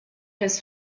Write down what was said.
his